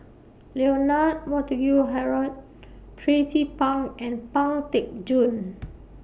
Leonard Montague Harrod Tracie Pang and Pang Teck Joon